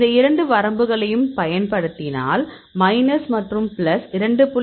இந்த இரண்டு வரம்புகளையும் பயன்படுத்தினால் மைனஸ் மற்றும் பிளஸ் 2